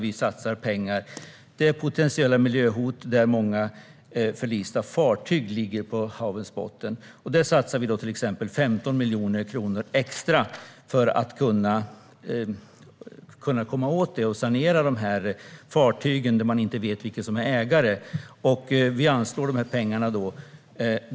Vi satsar pengar på detta eftersom det där finns potentiella miljöhot och många förlista fartyg på havets botten. Vi satsar 15 miljoner kronor extra för att kunna komma åt detta och sanera fartygen. Ofta vet man inte vem som är ägare till dem. Vi anslår alltså dessa pengar till det här.